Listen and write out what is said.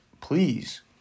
please